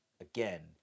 again